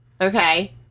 Okay